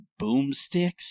boomsticks